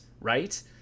right